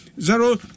Zero